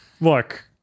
Look